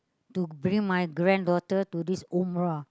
to bring my granddaughter to this Umrah